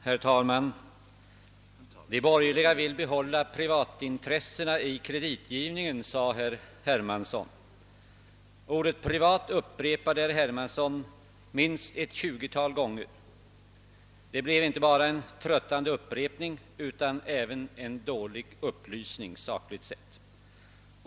Herr talman! De borgerliga vill behålla privatintressena i kreditgivningen, sade herr Hermansson, som också upprepade ordet privat minst tjugo gånger. Det blev inte bara en tröttande upprepning, utan även en dålig upplysning, sakligt sett.